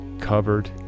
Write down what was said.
covered